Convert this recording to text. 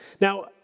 Now